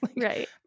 right